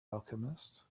alchemist